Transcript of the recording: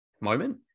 moment